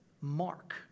mark